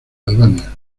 albania